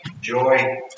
joy